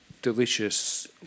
delicious